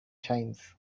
shines